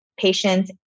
patients